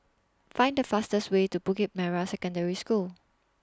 Find The fastest Way to Bukit Merah Secondary School